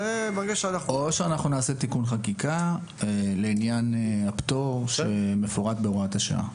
או שנעשה תיקון חקיקה לעניין הפטור המפורט בהוראת השעה.